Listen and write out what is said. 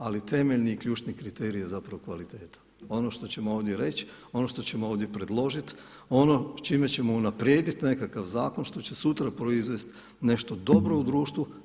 Ali temeljni i ključni kriterij je zapravo kvaliteta onog što ćemo ovdje reći, ono što ćemo ovdje predložiti, ono s čime ćemo unaprijediti nekakav zakon što će sutra proizvesti nešto dobro u društvu.